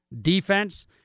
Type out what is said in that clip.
Defense